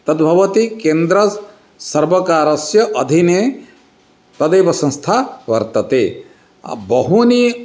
तत् भवति केन्द्रसर्वकारस्य अधीने तदेव संस्था वर्तते बहूनि